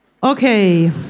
Okay